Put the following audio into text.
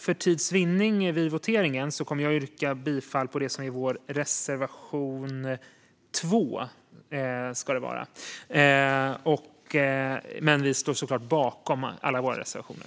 För tids vinnande vid voteringen yrkar jag bifall endast till reservation 2, men vi står såklart bakom alla våra reservationer.